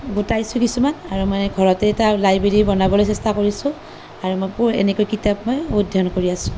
গোটাইছোঁ কিছুমান আৰু মানে ঘৰতে লাইব্ৰেৰী বনাবলৈ চেষ্টা কৰিছোঁ আৰু মই এনেকৈ কিতাপ মই অধ্য়য়ন কৰি আছো